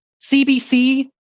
cbc